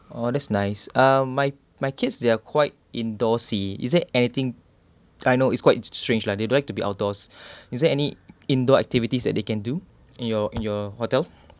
oh that's nice uh my my kids they are quite indoorsy is there anything I know it's quite strange lah they don't like to be outdoors is there any indoor activities that they can do in your in your hotel